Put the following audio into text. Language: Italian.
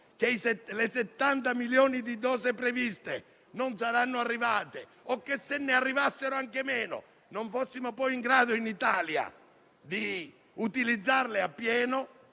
che le 70 milioni di dosi previste non saranno arrivate, o che, se ne arrivassero anche meno non fossimo poi in grado in Italia di utilizzarle appieno,